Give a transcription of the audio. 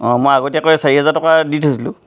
অঁ মই আগতীয়াকৈ চাৰি হেজাৰ টকা দি থৈছিলো